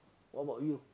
what about you